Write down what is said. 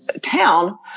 town